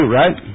right